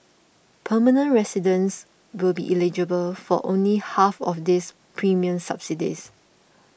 permanent residents will be eligible for only half of these premium subsidies